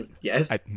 Yes